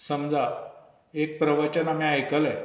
समजा एक प्रवचन आमी आयकलें